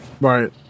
Right